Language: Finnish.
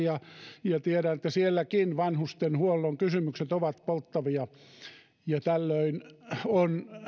ja ja tiedän että sielläkin vanhustenhuollon kysymykset ovat polttavia ja tällöin on